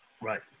Right